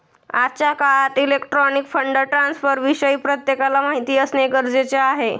आजच्या काळात electronic fund ट्रान्स्फरविषयी प्रत्येकाला माहिती असणे गरजेचे आहे